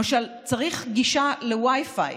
למשל, צריך גישה ל-Wi-Fi.